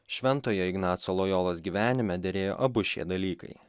šventojo ignaco lojolos gyvenime derėjo abu šie dalykai